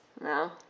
No